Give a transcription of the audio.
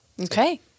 Okay